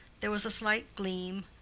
there was a slight gleam,